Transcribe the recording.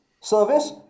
Service